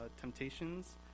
temptations